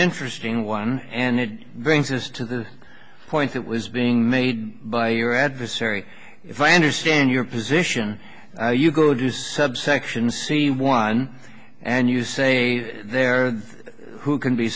interesting one and it brings us to the point that was being made by your adversary if i understand your position you go to subsection c one and you say there who can be